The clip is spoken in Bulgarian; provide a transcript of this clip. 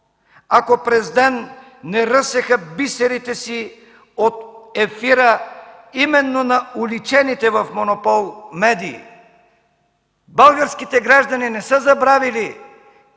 ако през ден не ръсеха бисерите си от ефира именно на уличените в монопол медии. Българските граждани не са забравили